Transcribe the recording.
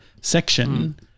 section